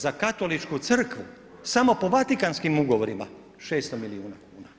Za katoličku crkvu, samo po Vatikanskim ugovorima 600 milijuna kuna.